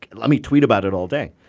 let me tweet about it all day.